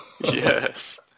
yes